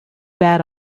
bad